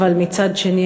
מצד שני,